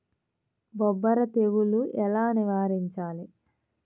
బొబ్బర తెగులు ఎలా నివారించాలి?